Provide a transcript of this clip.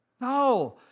No